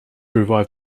revived